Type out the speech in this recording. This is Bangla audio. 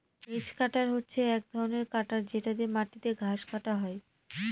হেজ কাটার হচ্ছে এক ধরনের কাটার যেটা দিয়ে মাটিতে ঘাস কাটা হয়